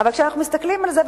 אבל כשאנחנו מסתכלים על זה,